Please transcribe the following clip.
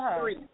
three